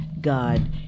God